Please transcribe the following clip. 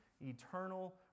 eternal